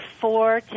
four